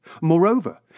Moreover